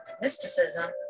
Mysticism